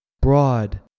broad